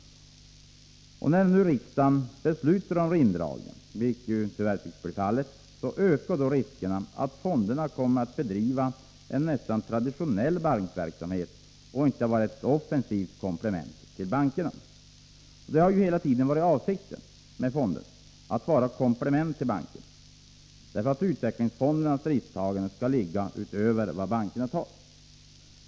När nu riksdagen beslutar om indragningen, vilket ju tyvärr tycks bli fallet, ökar risken att fonderna kommer att bedriva en nästan traditionell bankverksamhet och inte vara ett offensivt komplement till bankerna — vilket ju hela tiden har varit avsikten med fonderna. Utvecklingsfondernas risktagande skall ligga utöver bankernas.